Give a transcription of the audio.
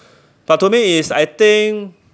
but to me is I think